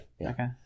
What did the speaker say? Okay